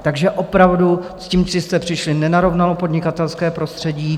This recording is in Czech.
Takže opravdu se tím, s čím jste přišli, nenarovnalo podnikatelské prostředí.